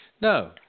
no